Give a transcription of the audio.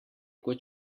kot